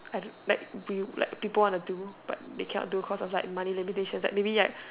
I like we like people want to do but they cannot do cause of like money limitations like maybe like